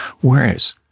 Whereas